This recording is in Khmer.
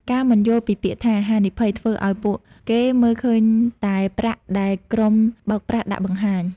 ការមិនយល់ពីពាក្យថា "ហានិភ័យ" ធ្វើឱ្យពួកគេមើលឃើញតែ "ប្រាក់" ដែលក្រុមបោកប្រាស់ដាក់បង្ហាញ។